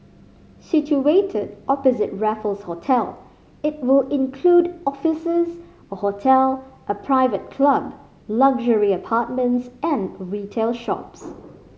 situated opposite Raffles Hotel it will include offices a hotel a private club luxury apartments and retail shops